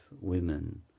women